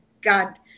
God